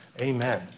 amen